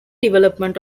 development